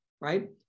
right